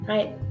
Right